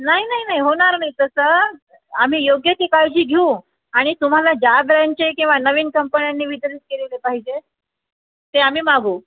नाही नाही नाही होणार नाही तसं आम्ही योग्य ती काळजी घेऊ आणि तुम्हाला ज्या ब्रँडचे किंवा नवीन कंपन्यांनी वितरित केलेले पाहिजेत ते आम्ही मागवू